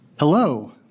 Hello